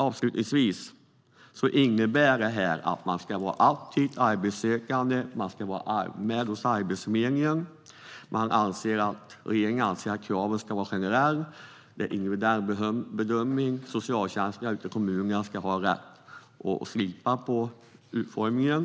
Avslutningsvis innebär detta att man ska vara aktivt arbetssökande och inskriven hos Arbetsförmedlingen. Regeringen anser att kraven ska vara generella. Det är individuell bedömning som gäller, och socialtjänsten ute i kommunerna ska ha rätt att slipa på utformningen.